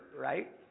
right